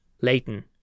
Leighton